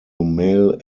male